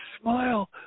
smile